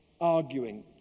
arguing